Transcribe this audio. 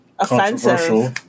Controversial